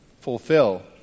fulfill